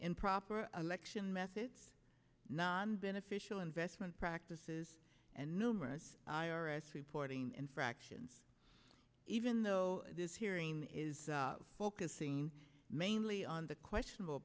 improper election methods non beneficial investment practices and numerous i r s reporting infractions even though this hearing is focusing mainly on the questionable